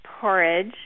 porridge